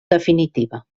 definitiva